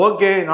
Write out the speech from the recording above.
Okay